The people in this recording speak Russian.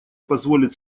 позволит